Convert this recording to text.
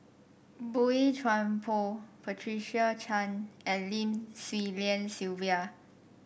Boey Chuan Poh Patricia Chan and Lim Swee Lian Sylvia